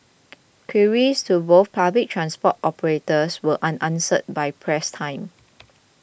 queries to both public transport operators were unanswered by press time